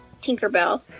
Tinkerbell